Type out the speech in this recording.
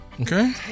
Okay